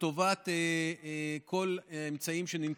לטובת כל האמצעים שננקטו,